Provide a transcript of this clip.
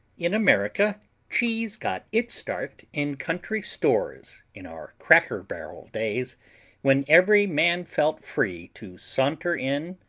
in america cheese got its start in country stores in our cracker-barrel days when every man felt free to saunter in,